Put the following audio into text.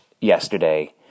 yesterday